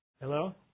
Hello